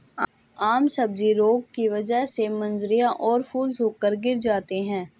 आम सब्जी रोग की वजह से मंजरियां और फूल सूखकर गिर जाते हैं